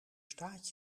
staat